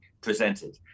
presented